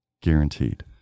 guaranteed